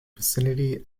vicinity